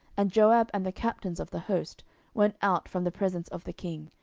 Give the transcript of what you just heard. and joab and the captains of the host went out from the presence of the king,